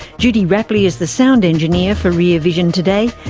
judy rapley is the sound engineer for rear vision today.